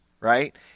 right